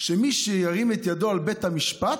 שמי שירים את ידו על בית המשפט,